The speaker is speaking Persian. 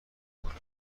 میکنه